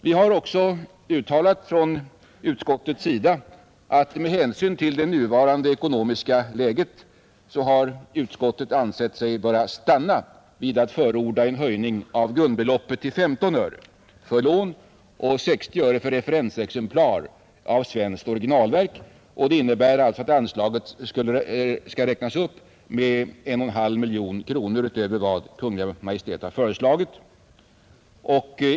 Vi har också uttalat att med ”hänsyn till nuvarande ekonomiska läge har utskottet ansett sig böra stanna vid att förorda en höjning av grundbeloppet till 15 öre för lån och 60 öre för referensexemplar av svenskt orginalverk”. Det innebär att anslaget skall räknas upp med 1,5 miljoner kronor utöver vad Kungl. Maj:t har föreslagit.